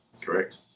Correct